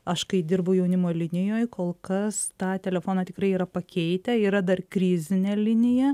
aš kai dirbau jaunimo linijoje kol kas tą telefoną tikrai yra pakeitę yra dar krizinė linija